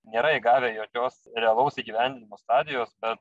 nėra įgavę jokios realaus įgyvendinimo stadijos bet